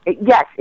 yes